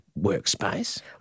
workspace